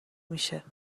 میشه